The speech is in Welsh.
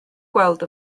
gweld